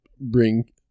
bring